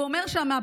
והוא אומר שם,